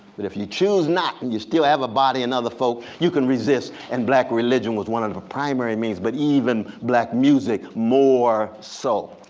but if you choose not and you still have a body and other folk, you can resist. and black religion was one and of the primary means. but even black music, more so,